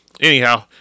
Anyhow